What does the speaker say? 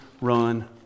run